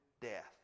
death